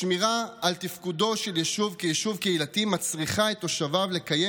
השמירה על תפקודו של יישוב כיישוב קהילתי מצריכה את תושביו לקיים